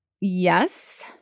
Yes